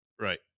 right